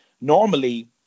normally